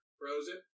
frozen